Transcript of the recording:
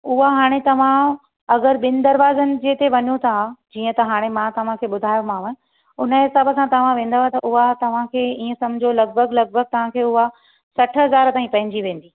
उहा हाणे तव्हां अगरि ॿिनि दरवाजनि जे ते वञो था जीअं त हाणे मां तव्हांखे ॿुधायोमांव हुनजे हिसाब सां तव्हां वेंदव त उहा तव्हांखे ईअं समुझो लॻिभॻि लॻिभॻि तव्हां खे उहा सठि हज़ार ताईं पइजी वेंदी